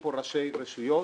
כאן ראשי רשויות